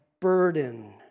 burden